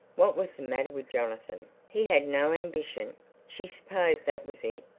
what was the matter with jonathan? he had no ambition she supposed that was it.